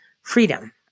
freedom